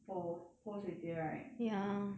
for 泼水节 right